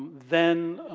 then